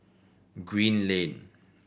Green Lane